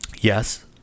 Yes